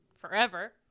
forever